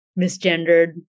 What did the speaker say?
misgendered